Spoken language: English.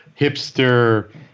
hipster